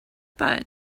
but